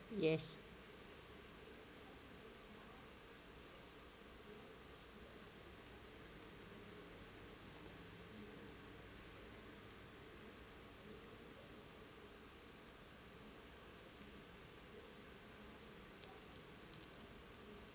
yes